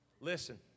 Listen